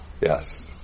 Yes